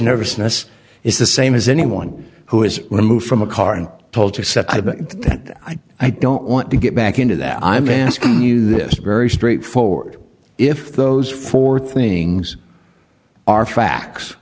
nervousness is the same as anyone who is removed from a car and told to said i don't want to get back into that i'm asking you this very straightforward if those four things are facts